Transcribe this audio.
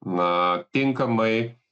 na tinkamai